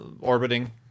orbiting